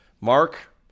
Mark